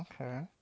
okay